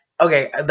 Okay